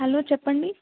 hello చెప్పండి